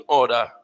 order